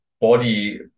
body